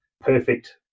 perfect